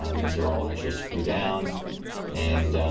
um these are all actually screwed down and